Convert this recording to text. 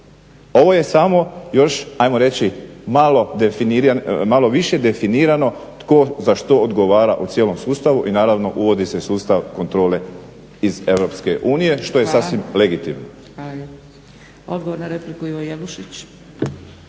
Ovo je samo još hajmo reći malo više definirano tko za što odgovara u cijelom sustavu i naravno uvodi se sustav kontrole iz EU što je sasvim legitimno.